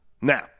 Now